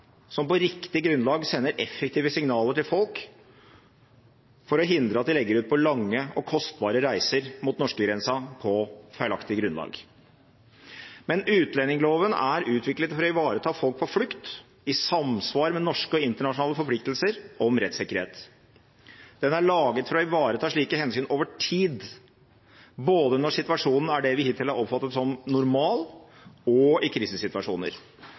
som på riktig grunnlag sender effektive signaler til folk for å hindre at de legger ut på lange og kostbare reiser mot norskegrensa på feilaktig grunnlag. Men utlendingsloven er utviklet for å ivareta folk på flukt i samsvar med norske og internasjonale forpliktelser om rettssikkerhet. Den er laget for å ivareta slike hensyn over tid både når situasjonen er det vi hittil har oppfattet som normal, og i krisesituasjoner,